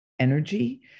energy